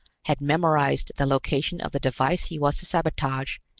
had memorized the location of the device he was to sabotage,